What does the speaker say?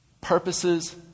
purposes